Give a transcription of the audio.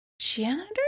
janitor